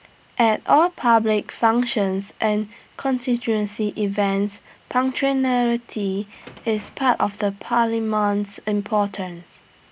at all public functions and constituency events punctuality is part of the paramount importance